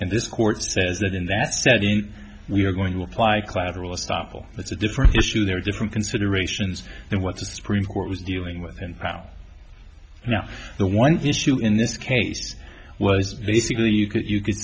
and this court says that in that setting we are going to apply collateral estoppel that's a different issue there are different considerations and what the supreme court was dealing with in power now the one issue in this case was basically you could